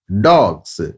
dogs